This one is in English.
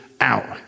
Out